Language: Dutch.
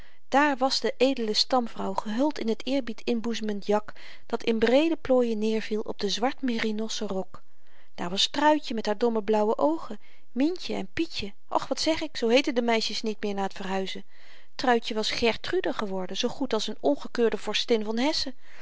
daar was de edele stamvrouw gehuld in t eerbied inboezemend jak dat in breede plooien neerviel op den zwart merinossen rok daar was truitje met haar domme blauwe oogen myntje en pietje och wat zeg ik zoo heetten de meisjes niet meer na t verhuizen truitje was gertrude geworden zoo goed als n ongekeurde vorstin van